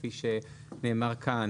כפי שנאמר כאן,